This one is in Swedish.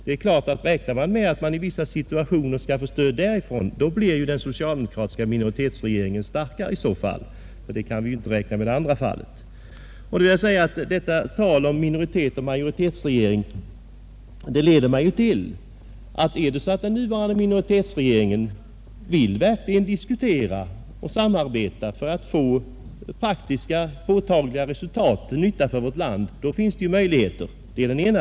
Om man räknar med att man i vissa situationer skall få stöd därifrån, blir givetvis den socialdemokratiska minoritetsregeringen staikare. Om den nuvarande minoritetsregeringen däremot vill diskutera och samarbeta för att få praktiska, påtagliga resultat till nytta för vårt land, finns det andra möjligheter.